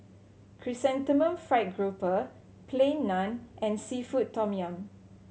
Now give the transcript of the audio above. Chrysanthemum Fried Grouper Plain Naan and seafood tom yum